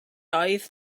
oedd